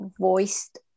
voiced